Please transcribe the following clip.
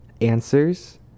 answers